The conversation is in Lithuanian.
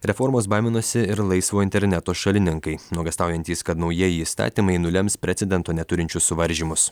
reformos baiminasi ir laisvo interneto šalininkai nuogąstaujantys kad naujieji įstatymai nulems precedento neturinčius suvaržymus